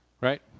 right